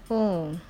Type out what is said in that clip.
oh